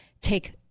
take